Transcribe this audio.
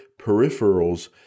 peripherals